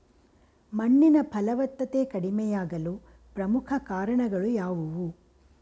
ಮಣ್ಣಿನ ಫಲವತ್ತತೆ ಕಡಿಮೆಯಾಗಲು ಪ್ರಮುಖ ಕಾರಣಗಳು ಯಾವುವು?